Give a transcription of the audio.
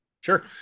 Sure